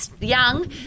young